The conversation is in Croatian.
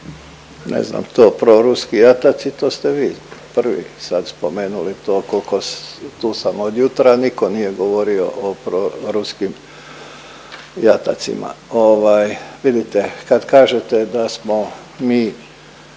Ne znam to proruski jataci, to ste vi prvi sad spomenuli to kolko, tu sam od jutra nitko nije govorio o proruskim jatacima. Ovaj vidite kad kažete da smo mi